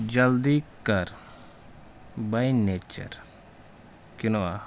جلدٕے کَر بَے نیچَر کوٗنٮ۪وا